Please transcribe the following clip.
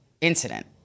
incident